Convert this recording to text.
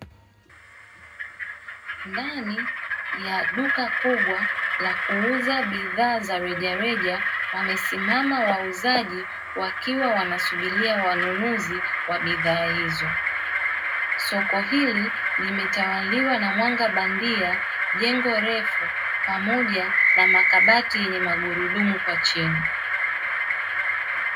Ndani ya duka kubwa la kuuza bidhaa za rejareja wamesimama wauzaji wakiwa wanasubiria wanunuzi wa bidhaa hizo. Soko hili limetawaliwa na mwanga bandia jengo refu pamoja na makabati yenye magurudumu kwa chini.